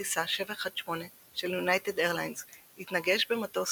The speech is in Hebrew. בטיסה 718 של יונייטד איירליינס התנגש במטוס